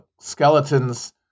skeletons